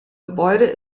gebäude